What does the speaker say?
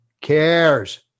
cares